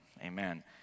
Amen